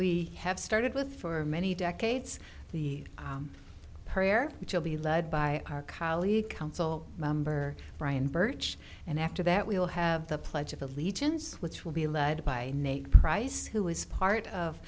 we have started with for many decades the prayer which will be led by our colleague council member brian birch and after that we'll have the pledge of allegiance which will be led by nate pryce who is part of